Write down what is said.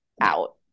out